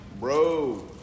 bro